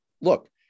look